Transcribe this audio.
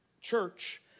church